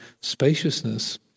spaciousness